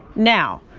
now,